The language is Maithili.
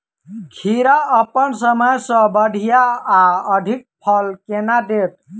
खीरा अप्पन समय सँ बढ़िया आ अधिक फल केना देत?